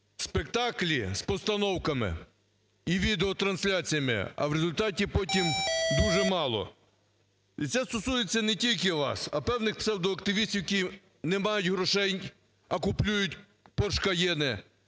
спектаклі з постановками і відеотрансляціями, а в результаті потім дуже мало. І це стосується не тільки вам, а певних псевдоактивістів, які не мають грошей, а купують "Порше